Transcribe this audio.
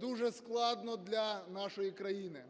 дуже складно для нашої країни.